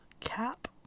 Cap